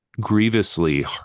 grievously